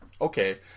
Okay